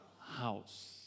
house